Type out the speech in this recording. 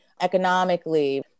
economically